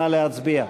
נא להצביע.